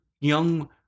young